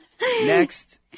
Next